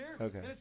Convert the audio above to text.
Okay